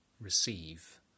receive